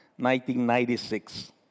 1996